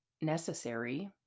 necessary